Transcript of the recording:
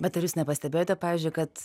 bet ar jūs nepastebėjote pavyzdžiui kad